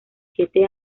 siete